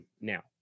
now